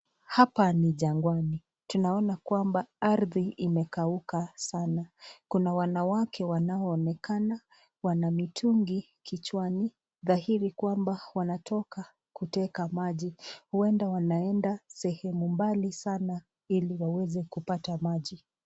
Hapa ni jangwani. Tunaona kwamba ardhi imekauka sana. Kuna wanawake waonekana wana mitungi kichwani, dhahiri kwamba wametoka kuteka maji, huenda wanaenda sehemu mbali sana ili waweze kupata maji.